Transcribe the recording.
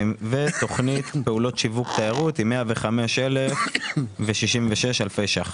ותוכנית פעולות שיווק תיירות עם 105,066 אלפי ₪.